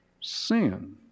sin